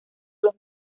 los